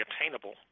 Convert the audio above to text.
attainable